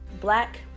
black